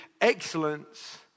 excellence